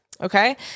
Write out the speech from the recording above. Okay